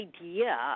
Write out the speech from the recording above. idea